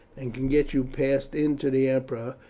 and can get you passed in to the emperor,